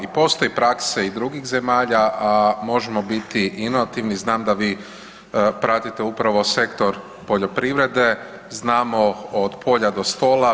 I postoji praksa i drugih zemalja, a možemo biti inovativni, znam da vi pratite upravo Sektor poljoprivrede, znamo od polja do stola.